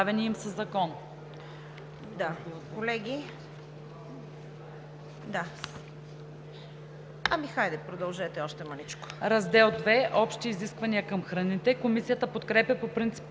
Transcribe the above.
„Раздел II – Общи изисквания към храните“. Комисията подкрепя по принцип